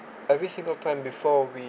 every single time before we